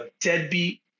deadbeat